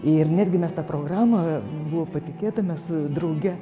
ir netgi mes tą programą buvo patikėta mes drauge